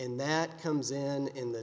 and that comes in in the